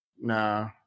Nah